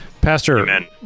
Pastor